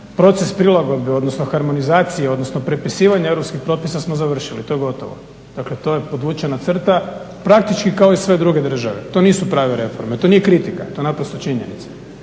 Proces prilagodbe odnosno harmonizacije odnosno prepisivanja europskih propisa smo završili, to je gotovo. Dakle, to je podvučena crta praktički kao i sve druge države, to nisu prave reforme, to nije kritika, to je naprosto činjenica.